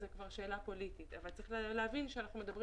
זו כבר שאלה פוליטית אבל צריך להבין שאנחנו מדברים